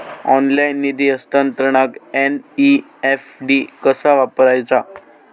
Online निधी हस्तांतरणाक NEFT कसा वापरायचा?